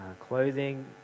clothing